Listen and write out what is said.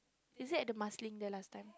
is it at the Marsiling there last time